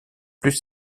plus